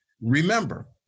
remember